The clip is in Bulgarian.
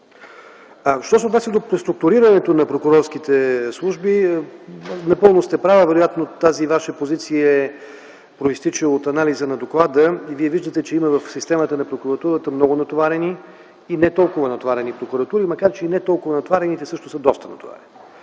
Що се отнася до преструктурирането на прокурорските служби, напълно сте права. Вероятно тази Ваша позиция произтича от анализа на доклада и Вие виждате, че в системата на прокуратурата има много натоварени и не толкова натоварени прокуратури, макар че и не толкова натоварените също са доста натоварени.